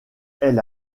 elle